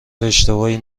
اشتباهی